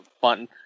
fun